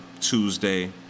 Tuesday